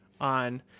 on